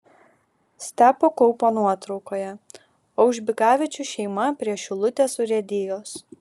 stepo kaupo nuotraukoje aužbikavičių šeima prie šilutės urėdijos